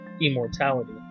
immortality